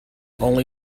only